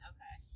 Okay